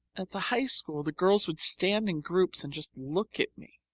at the high school the girls would stand in groups and just look at me.